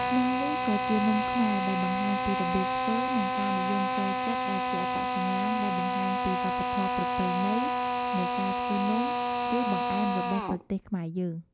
នំនេះក៏ជានំខ្មែរដែលបង្ហាញពីរបៀបធ្វើនិងការនិយមចូលចិត្តដែលជាអត្តសញ្ញាណដែលបង្ហាញពីវប្បធម៌ប្រពៃណីនៃការធ្វើនំឬបង្អែមរបស់ប្រទេសខ្មែរយើង។